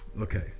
Okay